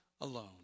alone